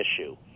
issue